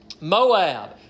moab